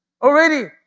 already